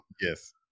yes